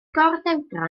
gordewdra